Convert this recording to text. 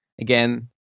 Again